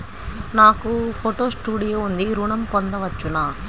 నాకు photo studio ఉంది ఋణం పొంద వచ్చునా?